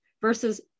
versus